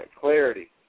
clarity